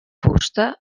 fusta